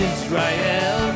Israel